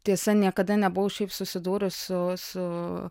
tiesa niekada nebuvau šiaip susidūrus su su